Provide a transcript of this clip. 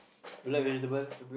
you like vegetable